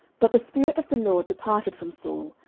but the spirit of the lord departed from saul,